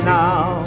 now